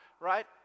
right